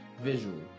visual